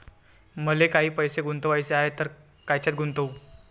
मले काही पैसे गुंतवाचे हाय तर कायच्यात गुंतवू?